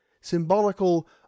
symbolical